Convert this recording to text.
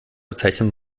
bezeichnet